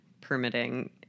permitting